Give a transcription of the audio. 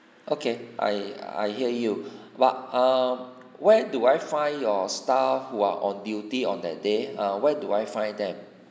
okay I I hear you what err where do I your staff who are on duty on that day err where do I find them